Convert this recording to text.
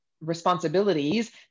responsibilities